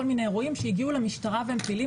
מיני אירועים שהגיעו למשטרה והם פליליים,